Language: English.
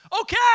Okay